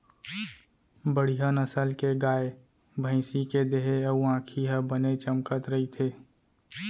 बड़िहा नसल के गाय, भँइसी के देहे अउ आँखी ह बने चमकत रथे